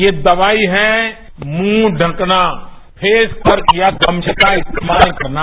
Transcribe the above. ये दवाई है मृंह ढ़कना फेसकवर या गमछे का इस्तेमाल करना